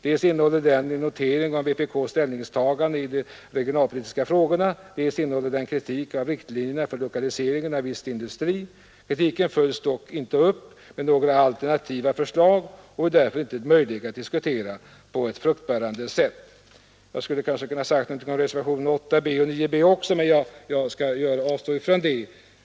Dels innehåller den en notering av vpk:s ställningstagande till de regionalpolitiska frågorna, dels innehåller den kritik av riktlinjerna för lokalisering av viss industri. Kritiken följs dock inte upp av några alternativa förslag och är därför inte möjlig att diskutera på ett fruktbärande sätt. Jag skulle kanske också kunna säga någonting om reservationerna 8 b och 9 b, men jag skall avstå från det.